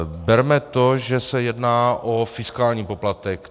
Berme to, že se jedná o fiskální poplatek.